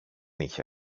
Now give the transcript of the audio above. είχε